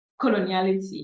coloniality